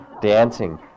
dancing